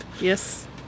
Yes